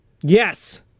Yes